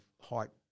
heart